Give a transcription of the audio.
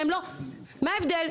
מה ההבדל,